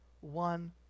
one